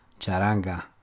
charanga